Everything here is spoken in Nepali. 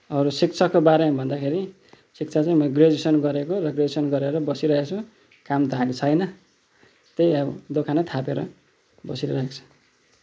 अरू शिक्षाको बारेमा भन्दाखेरि शिक्षा चाहिँ म ग्र्याजुएसन गरेको र ग्र्याजुएसन गरेर बसिरहेछु काम थालेको छैन त्यही अब दोकानै थापेर बसिरहेको छु